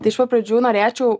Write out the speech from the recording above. tai iš pat pradžių norėčiau